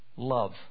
love